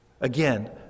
again